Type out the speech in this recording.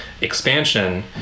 expansion